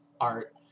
art